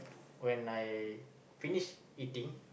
when I finished eating